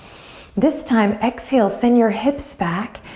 this time exhale, send your hips back.